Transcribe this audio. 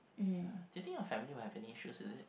ya do you think your family will have any issues with it